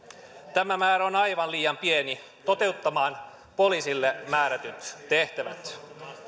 tämä määrä on aivan liian pieni toteuttamaan poliisille määrätyt tehtävät